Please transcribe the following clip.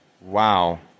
wow